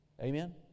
Amen